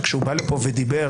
כשהוא בא לפה ודיבר,